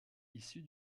issu